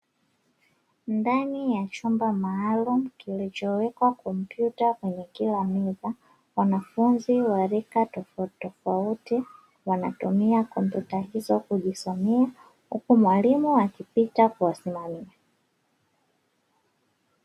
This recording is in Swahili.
Ndani ya chumba maalumu kilichowekwa kompyuta kwenye kila meza, wanafunzi wa rika tofautitofauti wanatumia kompyuta hizo kujisomea, huku mwalimu akipita kuwasimamia.